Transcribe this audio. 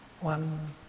one